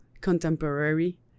contemporary